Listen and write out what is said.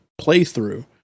playthrough